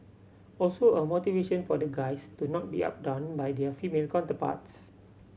also a motivation for the guys to not be outdone by their female counterparts